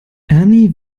ernie